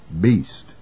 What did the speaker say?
beast